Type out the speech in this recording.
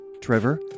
Trevor